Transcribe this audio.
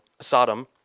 Sodom